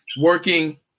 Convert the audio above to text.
working